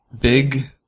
big